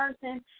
person